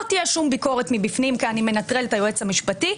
לא תהיה שום ביקורת מבפנים כי אני מנטרל את היועץ המשפטי,